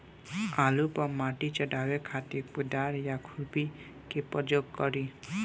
आलू पर माटी चढ़ावे खातिर कुदाल या खुरपी के प्रयोग करी?